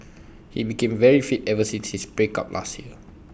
he became very fit ever since his break up last year